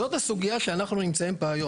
הוא הסוגיה בה אנחנו נמצאים היום.